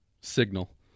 Signal